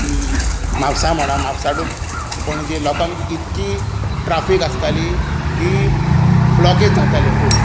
म्हापसा म्हणां म्हापसा टू पणजी लोकांक इतकी ट्राफीक आसताली की ब्लॉकेज जाताले फूल